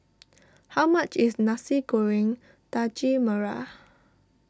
how much is Nasi Goreng Daging Merah